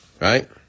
right